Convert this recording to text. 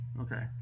okay